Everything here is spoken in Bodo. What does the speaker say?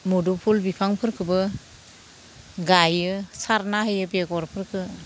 मुदुफुल बिफांफोरखोबो गायो सारना होयो बेगरफोरखो